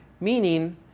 meaning